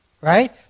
right